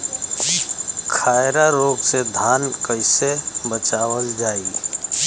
खैरा रोग से धान कईसे बचावल जाई?